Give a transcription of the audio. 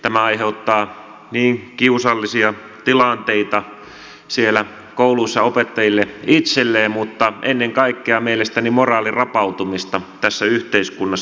tämä aiheuttaa kiusallisia tilanteita siellä kouluissa opettajille itselleen mutta ennen kaikkea mielestäni moraalin rapautumista tässä yhteiskunnassa